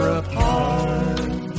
apart